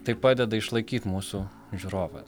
tai padeda išlaikyt mūsų žiūrovą